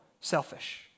selfish